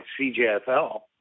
CJFL